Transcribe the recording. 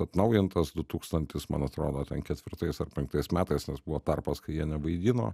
atnaujintas du tūkstantis man atrodo ten ketvirtais ar penktais metais nes buvo tarpas kai jie nevaidino